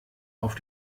auf